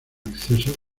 acceso